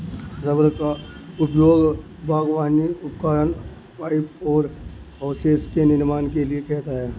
rubber का उपयोग बागवानी उपकरण, पाइप और होसेस के निर्माण के लिए किया जाता है